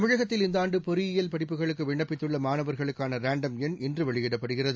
தமிழகத்தில் இந்த ஆண்டு பொறியியல் படிப்புகளுக்கு விண்ணப்பித்துள்ள மாணவர்களுக்கான ரேண்டம் எண் இன்று வெளியிடப்படுகிறது